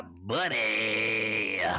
buddy